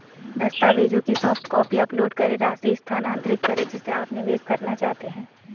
दस्तावेजों की soft copy upload करें, राशि स्थानांतरित करें जिसे आप निवेश करना चाहते हैं